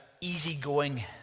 easygoing